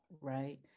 right